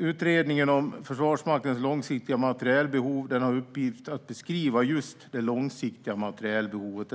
Utredningen om Försvarsmaktens långsiktiga materielbehov, som leds av Ingemar Wahlberg, har i uppgift att beskriva just det långsiktiga materielbehovet